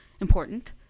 important